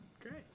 Great